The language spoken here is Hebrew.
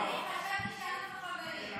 אני חשבתי שאנחנו חברים.